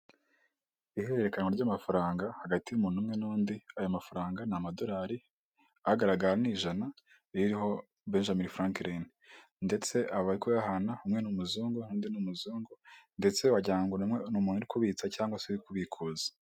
Umuhanda w'igitaka urimo imodoka ebyiri imwe y'umukara n'indi yenda gusa umweru, tukabonamo inzu ku ruhande yarwo yubakishije amabuye kandi ifite amababi y'umutuku ni'gipangu cy'umukara.